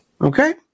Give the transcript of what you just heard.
Okay